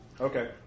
Okay